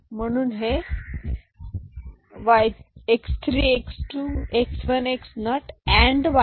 तर म्हणून हे x3 x2 x1 x0 and y0 आहे